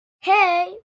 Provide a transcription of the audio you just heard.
hey